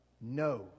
no